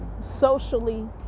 socially